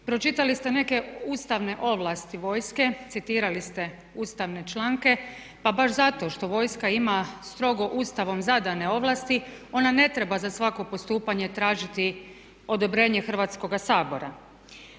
Pročitali ste neke ustavne ovlasti vojske, citirali ste ustavne članke. Pa baš zato što vojska ima strogo Ustavom zadane ovlasti ona ne treba za svako postupanje tražiti odobrenje Hrvatskoga sabora.